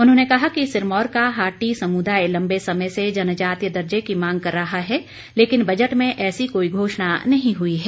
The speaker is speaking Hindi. उन्होंने कहा कि सिरमौर का हाटी समुदाय लंबे समय से जनजातीय दर्जे की मांग कर रहा है लेकिन बजट में ऐसी कोई घोषणा नहीं हुई है